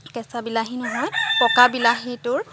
কেঁচা বিলাহী নহয় পকা বিলাহীটোৰ